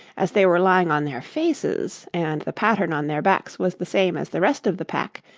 as they were lying on their faces, and the pattern on their backs was the same as the rest of the pack,